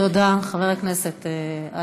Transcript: תודה, חבר הכנסת איימן עודה.